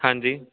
ਹਾਂਜੀ